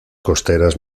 costeras